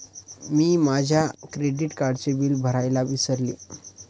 मी माझ्या क्रेडिट कार्डचे बिल भरायला विसरले